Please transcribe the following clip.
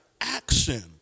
action